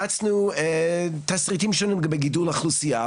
הרצנו תסריטים שונים לגבי גידול האוכלוסייה,